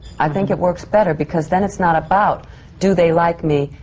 i think it works better, because then it's not about do they like me?